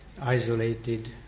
isolated